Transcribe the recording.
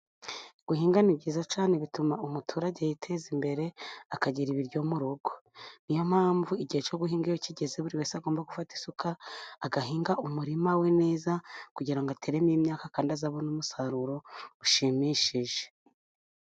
Guhinga ni byizayiza cyane, bituma umuturage yiteza imbere, akagira ibiryo mu rugo. Ni yo mpamvu igihe cyo guhinga iyo kigeze, buri wese agomba gufata isuka agahinga umurima we neza, kugira ngo ateremo imyaka, kandi azabona umusaruro ushimishije.